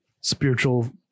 spiritual